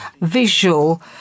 visual